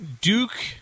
duke